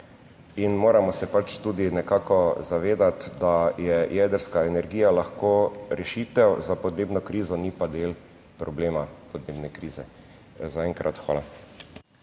In moramo se tudi nekako zavedati, da je jedrska energija lahko rešitev za podnebno krizo ni pa del problema podnebne krize zaenkrat. Hvala.